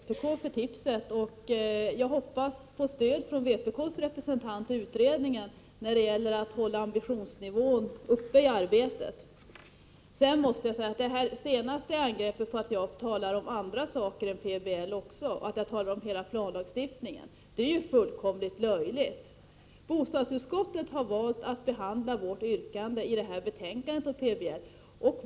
Herr talman! Först vill jag bara tacka vpk för tipset. Jag hoppas på stöd från vpk:s representant i utredningen när det gäller att hålla ambitionsnivån uppe i arbetet. Det senaste angreppet, att jag talar om annat än PBL, om hela planlagstiftningen, är fullkomligt löjligt. Bostadsutskottet har valt att behandla vårt yrkande i detta betänkande om PBL.